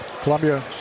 Columbia